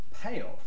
payoff